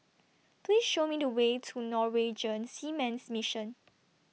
Please Show Me The Way to Norwegian Seamen's Mission